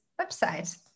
website